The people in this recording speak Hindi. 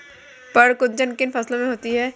पर्ण कुंचन किन फसलों में होता है?